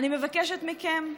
אני מבקשת מכם,